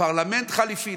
פרלמנט חליפי?